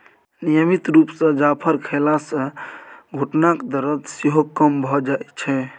नियमित रुप सँ जाफर खेला सँ घुटनाक दरद सेहो कम भ जाइ छै